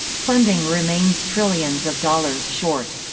funding remains trillions of dollars short.